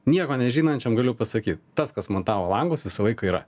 nieko nežinančiam galiu pasakyt tas kas montavo langus visą laiką yra